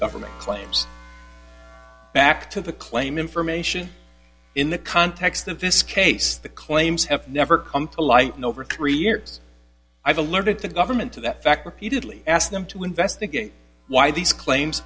government claims back to the claim information in the context of this case the claims have never come to light in over three years i've alerted to government to that fact repeatedly ask them to investigate why these claims